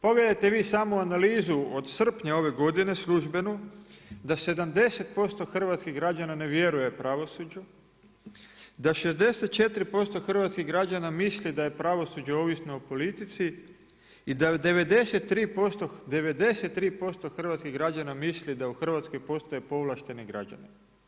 Pogledajte vi samo analizu od srpnja ove godine službenu, da 70% hrvatskih građana ne vjeruje pravosuđu, da 64% hrvatskih građana misli da je pravosuđe ovisno o politici i da 93% hrvatskih građana misli da postoje povlašteni građani.